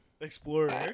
explorer